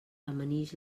amanix